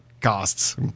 costs